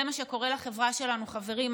זה מה שקורה לחברה שלנו, חברים.